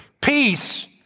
Peace